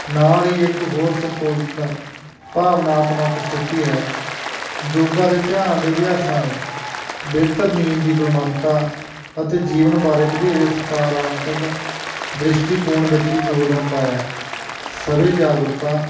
ਨਾਲ ਹੀ ਇੱਕ ਹੋਰ ਸੰਤੁਲਿਤ ਭਾਵਨਾਤਮਕ ਸਥਿਤੀ ਹੈ ਯੋਗਾ ਦੇ ਧਿਆਨ ਦੇ ਅਭਿਆਸਾਂ ਨੇ ਬਿਹਤਰ ਨੀਂਦ ਦੀ ਗੁਣਵੱਤਾ ਅਤੇ ਜੀਵਨ ਬਾਰੇ ਵਧੇਰੇ ਸਕਾਰਾਤਮਕ ਦ੍ਰਿਸ਼ਟੀਕੋਣ ਵਿੱਚ ਵੀ ਯੋਗਦਾਨ ਪਾਇਆ ਸਵੈ ਜਾਗਰੂਕਤਾ